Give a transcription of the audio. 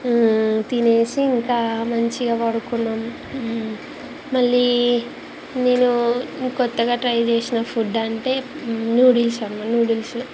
తినేసి ఇంకా మంచిగా పడుకున్నాం మళ్ళీ నేను కొత్తగ ట్రై చేసిన ఫుడ్డంటే నూడిల్స్ అన నూడిల్సు